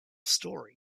story